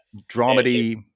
dramedy